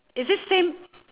is it same